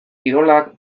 kirolak